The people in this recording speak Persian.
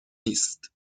نیست